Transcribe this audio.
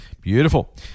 Beautiful